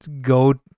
go